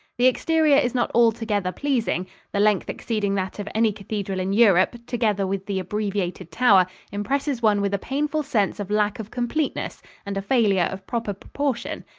the exterior is not altogether pleasing the length exceeding that of any cathedral in europe, together with the abbreviated tower, impresses one with a painful sense of lack of completeness and a failure of proper proportion.